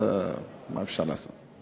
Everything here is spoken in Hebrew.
אז מה אפשר לעשות.